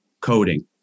coding